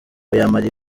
yamara